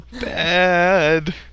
Bad